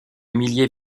milliers